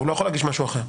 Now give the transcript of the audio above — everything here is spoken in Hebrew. הוא לא יכול להגיש משהו אחר.